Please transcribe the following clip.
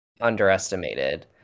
underestimated